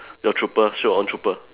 your trooper sure on trooper